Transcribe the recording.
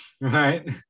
right